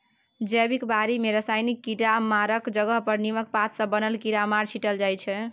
जैबिक बारी मे रासायनिक कीरामारक जगह पर नीमक पात सँ बनल कीरामार छीटल जाइ छै